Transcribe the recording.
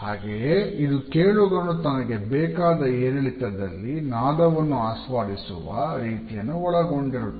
ಹಾಗೆಯೇ ಇದು ಕೇಳುಗನು ತನಗೆ ಬೇಕಾದ ಏರಿಳಿತದಲ್ಲಿ ನಾದವನ್ನು ಆಸ್ವಾದಿಸುವ ರೀತಿಯನ್ನು ಒಳಗೊಂಡಿರುತ್ತದೆ